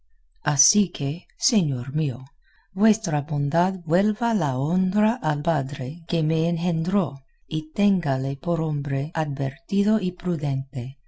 así que señor mío vuestra bondad vuelva la honra al padre que me engendró y téngale por hombre advertido y prudente